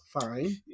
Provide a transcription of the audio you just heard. fine